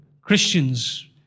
Christians